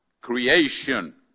creation